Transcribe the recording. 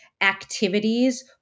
activities